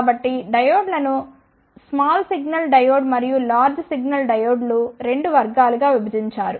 కాబట్టి డయోడ్లను small signal diode మరియు లార్జ్ సిగ్నల్ డయోడ్లుగా 2 వర్గాలుగా విభజించారు